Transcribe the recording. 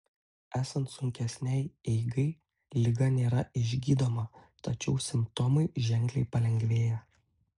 esant sunkesnei eigai liga nėra išgydoma tačiau simptomai ženkliai palengvėja